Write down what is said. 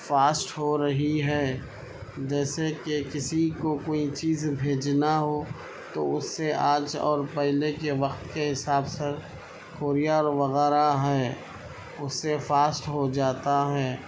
fast ہو رہی ہے جیسے کہ کسی کو کوئی چیز بھیجنا ہو تو اسے آج اور پہلے کے وقت کے حساب سے کوریر وغیرہ ہے اس سے فاسٹ ہو جاتا ہے